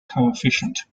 coefficient